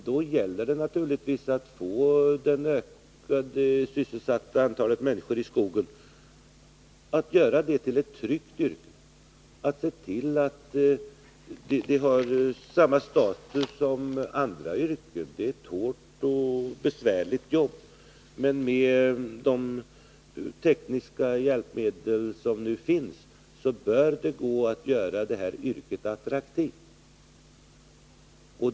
Då gäller det naturligtvis att göra detta till ett tryggt yrke för det ökade antalet sysselsatta i skogen. Man måste se till att detta yrke har samma status som andra yrken. Det är ett hårt och besvärligt jobb. Men med de tekniska hjälpmedel som nu finns bör det gå att göra det här yrket attraktivt.